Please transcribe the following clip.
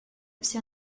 все